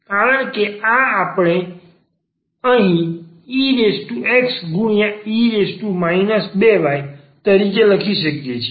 કારણ કે આ આપણે અહીં exગુણ્યા e 2yતરીકે લખી શકીએ છીએ